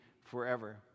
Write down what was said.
forever